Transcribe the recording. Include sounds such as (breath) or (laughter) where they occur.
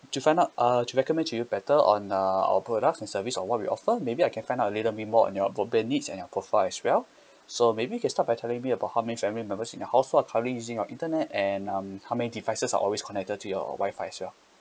to find out uh to recommend you better on uh our products and service or what we offer maybe I can find out a little bit more on your broadband needs and your profile as well (breath) so maybe you can start by telling me about how many family members in your house who are currently using your internet and um how many devices are always connected to your Wi-Fi as well